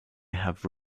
have